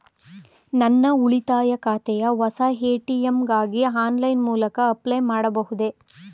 ನನ್ನ ಉಳಿತಾಯ ಖಾತೆಯ ಹೊಸ ಎ.ಟಿ.ಎಂ ಗಾಗಿ ಆನ್ಲೈನ್ ಮೂಲಕ ಅಪ್ಲೈ ಮಾಡಬಹುದೇ?